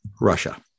Russia